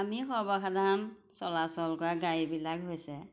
আমি সৰ্বসাধাৰণ চলাচল কৰা গাড়ীবিলাক হৈছে